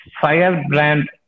firebrand